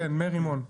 כן, מרימול.